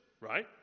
right